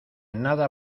nada